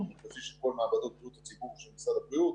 מרכזי של כל מעבדות בריאות הציבור של משרד הבריאות